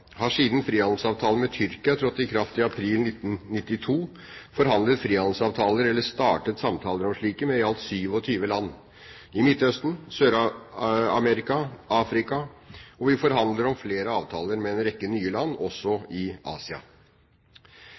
har siden frihandelsavtalen med Tyrkia trådte i kraft i april 1992, forhandlet frihandelsavtaler eller startet samtaler om slike med i alt 27 land i Midtøsten, Sør-Amerika og Afrika, og vi forhandler om flere avtaler med en rekke nye land i Asia.